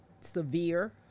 severe